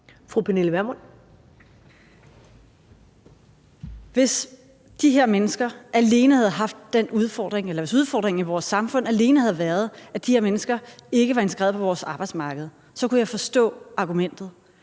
Pernille Vermund. Kl. 14:22 Pernille Vermund (NB): Hvis udfordringen i vores samfund alene havde været, at de her mennesker ikke var integreret på vores arbejdsmarked, så kunne jeg forstå argumentet.